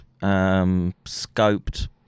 scoped